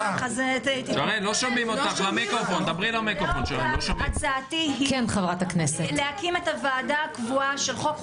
לאור כך הצעתי היא להקים את הוועדה הקבועה של חוקה,